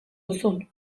duzun